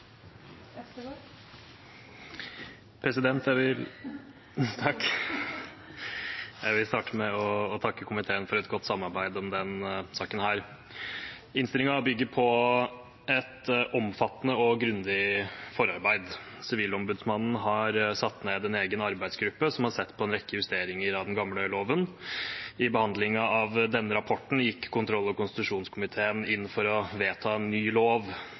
Jeg vil starte med å takke komiteen for et godt samarbeid om denne saken. Innstillingen bygger på et omfattende og grundig forarbeid. Sivilombudsmannen har satt ned en egen arbeidsgruppe som har sett på en rekke justeringer av den gamle loven. I behandlingen av denne rapporten gikk kontroll- og konstitusjonskomiteen inn for å vedta en ny lov.